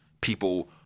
people